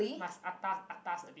must atas atas a bit